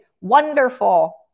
wonderful